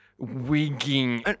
Wigging